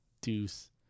Deuce